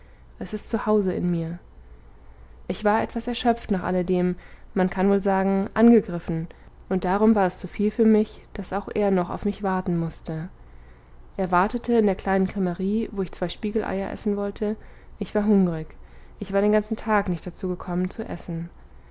es ist zu hause in mir ich war etwas erschöpft nach alledem man kann wohl sagen angegriffen und darum war es zuviel für mich daß auch er noch auf mich warten mußte er wartete in der kleinen crmerie wo ich zwei spiegeleier essen wollte ich war hungrig ich war den ganzen tag nicht dazu gekommen zu essen